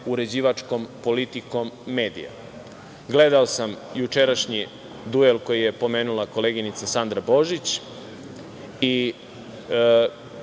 uređivačkom politikom medija. Gledao sam jučerašnji duel koji je pomenula koleginica Sandra Božić.